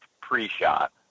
pre-shot